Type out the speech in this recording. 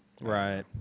right